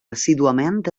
assíduament